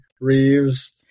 Reeves